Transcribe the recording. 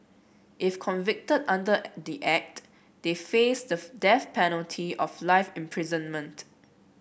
if convicted under the Act they face the death penalty of life imprisonment